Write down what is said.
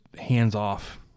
hands-off